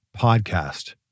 podcast